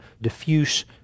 diffuse